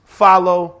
follow